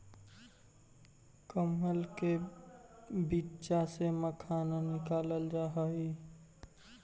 कमल के बीच्चा से मखाना निकालल जा हई